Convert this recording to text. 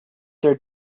their